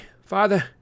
father